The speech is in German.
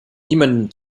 niemandem